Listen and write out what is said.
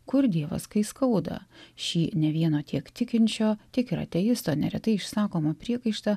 kur dievas kai skauda šį ne vieno tiek tikinčio tiek ir ateisto neretai išsakomą priekaištą